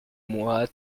moi